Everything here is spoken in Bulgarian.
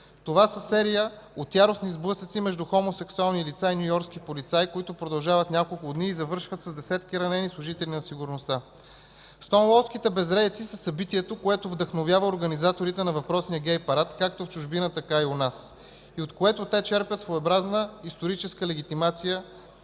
Това са серия от яростни сблъсъци между хомосексуални лица и нюйоркски полицаи, които продължават няколко дни и завършват с десетки ранени служители на сигурността. Стоунуолските безредици са събитието, което вдъхновява организаторите на въпросния гей парад – както в чужбина така и у нас, от което те черпят своеобразна историческа легитимация.